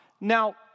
Now